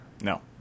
no